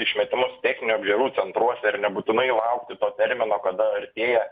išmetimus techninių apžiūrų centruose ir nebūtinai laukti to termino kada artėja